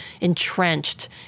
entrenched